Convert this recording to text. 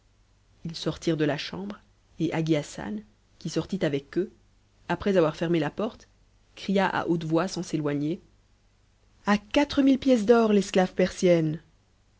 ils sortirent de la chambre et hagi hassan qui sortit avec eux après avoir fermé la porte cria t haute voix sans s'éloigner a quatre mille pièces d'or l'esclave persienne